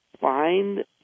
find